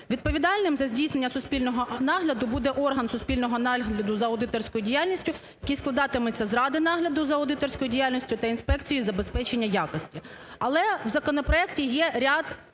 Відповідальним за здійснення суспільного нагляду буде орган суспільного нагляду за аудиторською діяльністю, який складатиметься з ради нагляду за аудиторською діяльністю та інспекцією з забезпечення якості. Але в законопроекті є ряд